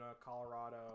Colorado